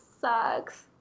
sucks